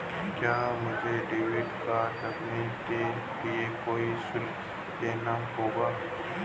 क्या मुझे credit card रखने के लिए कोई शुल्क देना होगा?